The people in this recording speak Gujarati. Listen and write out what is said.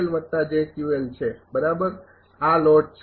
માની લો કે તમારી પાસે અહીં લોડ છે ધારો કે છે બરાબર આ લોડ છે